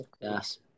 yes